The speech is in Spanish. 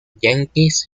jenkins